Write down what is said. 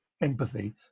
empathy